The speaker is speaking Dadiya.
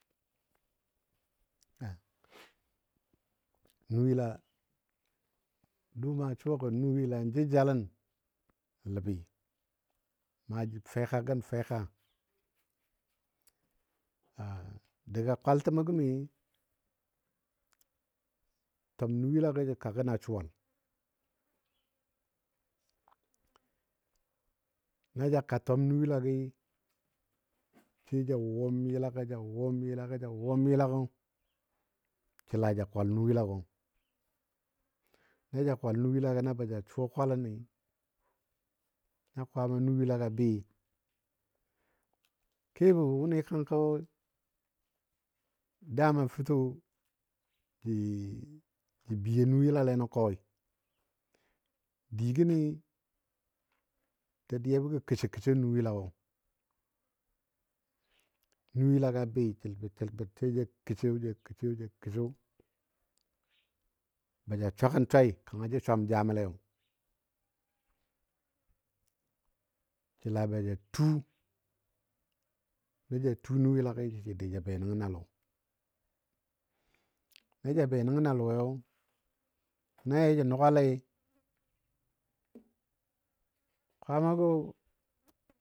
A nuyila, dʊʊma suwagɔ nuyila jəjalən ləbi ma jə feka gən fəka. daga kwaltəmo gəmi twam nuyilagɔ jə kagən a suwal na ja ka twam nuyilagi,. sai ja wɔɔm yɨlagɔ ja wɔɔm yɨlagɔ ja wɔɔm yɨlagɔ səla ja kwal nuyilagɔ na ja kwal. nuyilagɔ na ba ja suwa kwaləni na kwama nuyilaga bɨɨ, kebɔ wʊni kənkɔ dama fəto ja biyo nuyilale nən kɔi, diigəni dadiyabɔ gə kəso kəso nuyilagɔ, nuyilagɔ a bɨɨ səlbəd səlbəd sai ja kəso, ja kəso ja kəso ba ja swagən swai kanga jə swam jamolei səla ba ja tuu, na ja tuu nuyilagi sə ja dou ja be nən a lɔ na ja be nəngən a lɔyo na yaja nuga lai kwamag;o.